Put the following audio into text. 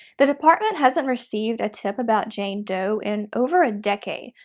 the department hasn't received a tip about jane doe in over a decade,